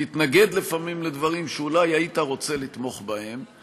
להתנגד לפעמים לדברים שאולי היית רוצה לתמוך בהם,